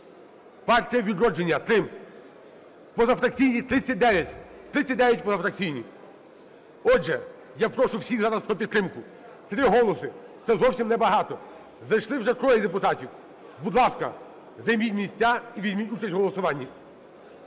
"Партія "Відродження" – 3, позафракційні – 39. 39 - позафракційні! Отже, я прошу всіх зараз про підтримку. Три голоси – це зовсім не багато. Зайшли вже троє депутатів. Будь ласка, займіть місця і візьміть участь в голосуванні.